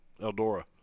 Eldora